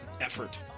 Effort